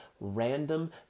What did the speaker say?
random